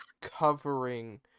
covering